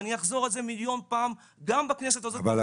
ואני אחזור על זה מיליון פעם גם בכנסת הזאת וגם